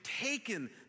taken